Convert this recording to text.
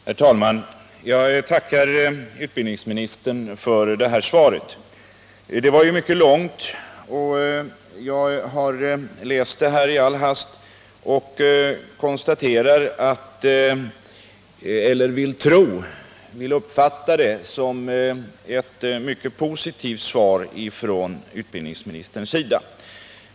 Herr talman! Jag tackar utbildningsministern för det här svaret, som var mycket långt. Jag har läst det i all hast och uppfattar det som ett mycket positivt svar från utbildningsministern.